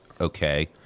okay